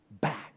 back